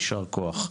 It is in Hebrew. יישר כוח.